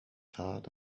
heart